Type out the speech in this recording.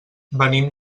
venim